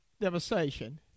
Devastation